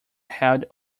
held